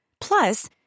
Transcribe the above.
Plus